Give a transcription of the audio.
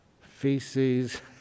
feces